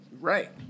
Right